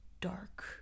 dark